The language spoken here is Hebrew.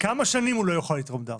כמה שנים הוא לא יוכל לתרום דם?